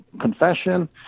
confession